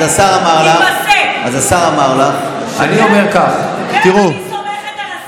אז השר אמר לך, כן, אני סומכת על השר.